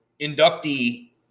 inductee